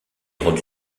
rendu